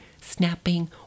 snapping